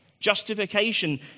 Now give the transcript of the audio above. Justification